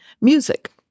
music